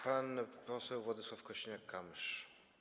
Pan poseł Władysław Kosiniak-Kamysz.